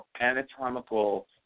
anatomical